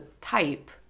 type